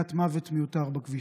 במניעת מוות מיותר בכבישים.